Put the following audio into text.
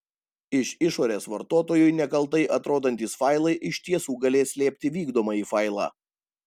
iš išorės vartotojui nekaltai atrodantys failai iš tiesų galės slėpti vykdomąjį failą